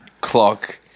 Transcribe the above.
clock